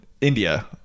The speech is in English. india